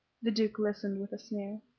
the duke listened with a sneer.